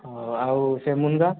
ହ ଆଉ ସେ ମୁନ୍ଗା